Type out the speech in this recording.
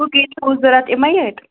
cookies چھِو حظ ضوٚرَتھ اِمَے أتۍ